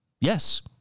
Yes